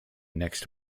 next